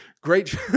Great